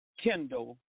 kindle